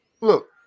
Look